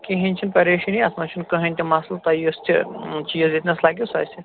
کِہیٖنۍ چھِنہٕ پریشٲنی اَتھ منٛز چھُنہٕ کٕہٲنۍ تہِ مَسلہٕ تۄہہِ یُس تہِ چیٖز ییٚتیٚنَس لَگوٕ سُہ آسہِ